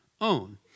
own